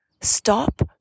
Stop